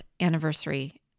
anniversary